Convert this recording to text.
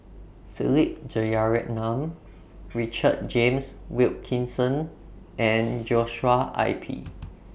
Philip Jeyaretnam Richard James Wilkinson and Joshua I P